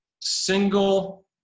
single